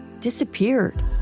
disappeared